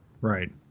right